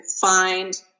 find